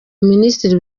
minisitiri